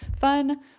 fun